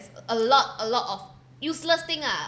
a lot a lot of useless thing ah